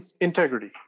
integrity